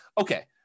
Okay